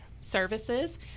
services